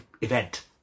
event